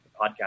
podcast